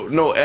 no